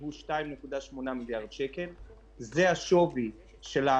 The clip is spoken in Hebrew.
זה יכול למוטט את כל המבנה,